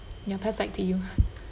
ya pass back to you